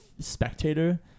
spectator